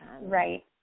right